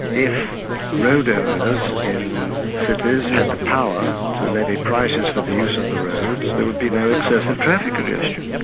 if road-owners in cities had the power to levy prices for the use of the roads, there would be no excessive traffic congestion.